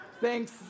Thanks